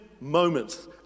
moments